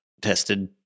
tested